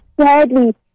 sadly